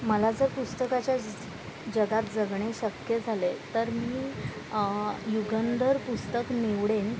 मला जर पुस्तकाच्या जगात जगणे शक्य झाले तर मी युगंधर पुस्तक निवडेन